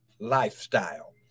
lifestyle